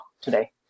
today